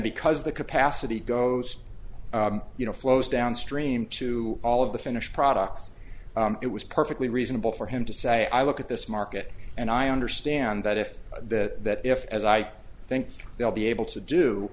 because the capacity goes you know flows downstream to all of the finished products it was perfectly reasonable for him to say i look at this market and i understand that if that if as i think they'll be able to do